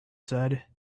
said